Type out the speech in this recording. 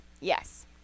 Yes